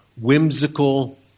whimsical